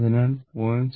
അതിനാൽ 0